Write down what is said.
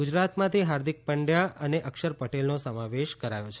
ગુજરાતમાંથી હાર્દિક પંડ્યા અને અક્ષર પટેલનો સમાવેશ કરાયો છે